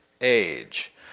age